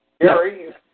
Gary